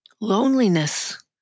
Loneliness